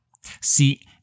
See